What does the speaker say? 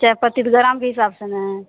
चायपत्ती तऽ ग्रामके हिसाब से ने